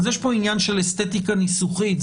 יש פה עניין של אסתטיקה ניסוחית.